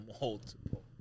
multiple